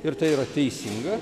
ir tai yra teisinga